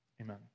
Amen